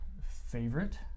favorite